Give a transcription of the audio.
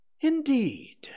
Indeed